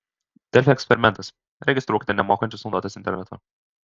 delfi eksperimentas registruokite nemokančius naudotis internetu